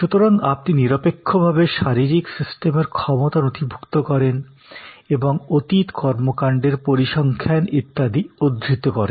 সুতরাং আপনি নিরপেক্ষভাবে শারীরিক সিস্টেমের ক্ষমতা নথিভূক্ত করেন এবং অতীত কর্মকান্ডের পরিসংখ্যান ইত্যাদি উদ্ধৃত করেন